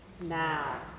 now